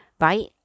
right